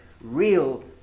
real